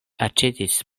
aĉetis